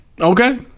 Okay